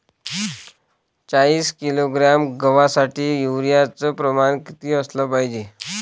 चाळीस किलोग्रॅम गवासाठी यूरिया च प्रमान किती असलं पायजे?